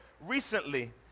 recently